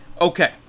Okay